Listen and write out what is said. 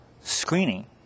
screening